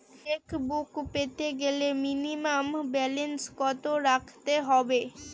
Chequebook পেতে গেলে minimum balance কত রাখতে হবে?